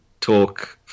talk